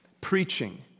preaching